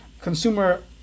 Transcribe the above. consumer